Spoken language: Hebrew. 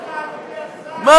באנו לשמוע אותך, אדוני השר, מה קרה?